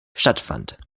stattfand